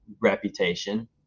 reputation